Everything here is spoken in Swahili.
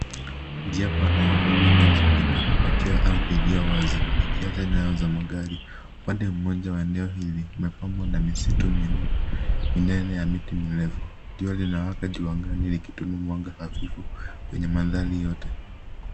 Njia panda ya vumbi inajipinda kupitia ardhi iliyo wazi, ikiacha nyayo za magari. Upande mmoja wa eneo hili umepambwa na misitu minene ya miti mirefu. Jua linawaka juu angani likituma mwanga hafifu kwenye mandhari yote.